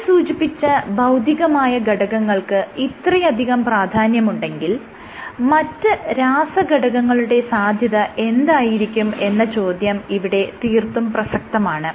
മേൽ സൂചിപ്പിച്ച ഭൌതികമായ ഘടകങ്ങൾക്ക് ഇത്രയധികം പ്രാധാന്യമുണ്ടെങ്കിൽ മറ്റ് രാസഘടകങ്ങളുടെ സാധ്യത എന്തായിരിക്കും എന്ന ചോദ്യം ഇവിടെ തീർത്തും പ്രസക്തമാണ്